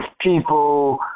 people